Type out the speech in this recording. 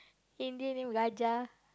Indian name Raja